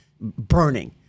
burning